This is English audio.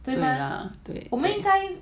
对啊